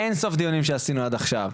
באינסוף דיונים שעשינו עד עכשיו,